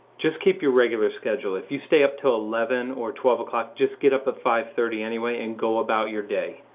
just keep your regular schedule. if you stay up until eleven or twelve o' clock, just get up at five thirty anyway and go about your day.